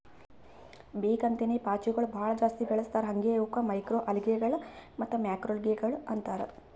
ಬೇಕ್ ಅಂತೇನೆ ಪಾಚಿಗೊಳ್ ಭಾಳ ಜಾಸ್ತಿ ಬೆಳಸ್ತಾರ್ ಹಾಂಗೆ ಇವುಕ್ ಮೈಕ್ರೊಅಲ್ಗೇಗಳ ಮತ್ತ್ ಮ್ಯಾಕ್ರೋಲ್ಗೆಗಳು ಅಂತಾರ್